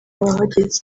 wahageze